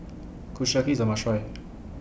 Kushiyaki IS A must Try